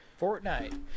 Fortnite